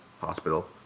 hospital